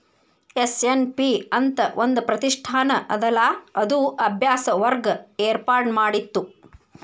SNP ಅಂತ್ ಒಂದ್ ಪ್ರತಿಷ್ಠಾನ ಅದಲಾ ಅದು ಅಭ್ಯಾಸ ವರ್ಗ ಏರ್ಪಾಡ್ಮಾಡಿತ್ತು